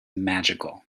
magical